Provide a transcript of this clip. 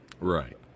right